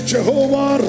Jehovah